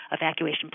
evacuation